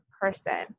person